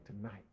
tonight